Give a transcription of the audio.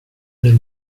del